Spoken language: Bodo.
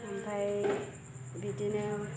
ओमफाय बिदिनो